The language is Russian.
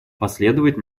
последовать